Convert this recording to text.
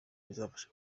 bizabafasha